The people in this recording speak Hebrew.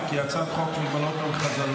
ההצעה להעביר את הצעת חוק מגבלות על חזרתו